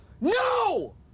No